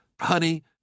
Honey